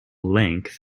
length